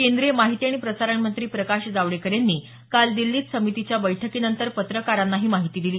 केंद्रीय माहिती आणि प्रसारण मंत्री प्रकाश जावडेकर यांनी काल दिल्लीत समितीच्या बैठकीनंतर पत्रकारांना ही माहिती दिली